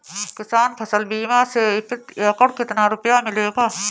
किसान फसल बीमा से प्रति एकड़ कितना रुपया मिलेगा?